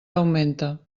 augmenta